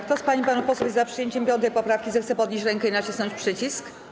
Kto z pań i panów posłów jest za przyjęciem 5. poprawki, zechce podnieść rękę i nacisnąć przycisk?